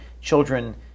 children